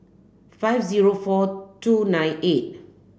five zero four two nine eight